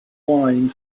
wine